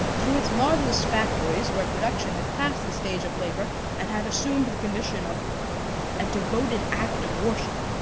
through its marvelous factories where production had passed the stage of labor and had assumed the condition of a devoted act of worship.